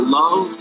love